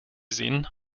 sehen